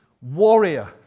warrior